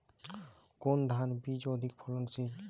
কোন ধান বীজ অধিক ফলনশীল?